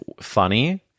funny